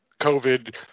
COVID